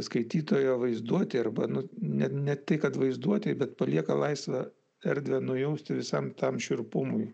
skaitytojo vaizduotei arba net ne tai kad vaizduotei bet palieka laisvą erdvę nujausti visam tam šiurpumui